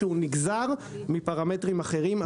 שנגזר מפרמטרים אחרים.